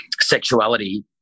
sexuality